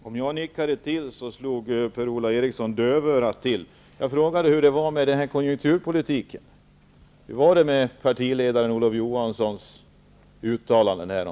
Fru talman! Om jag nickade till så slog Per-Ola Eriksson dövörat till. Jag frågade hur det var med konjunkturpolitiken. Hur var det med partiledaren Olof Johanssons uttalanden?